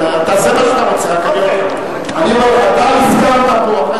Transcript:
תעשה מה שאתה רוצה, רק אני אומר, אתה הסכמת פה.